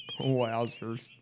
Wowzers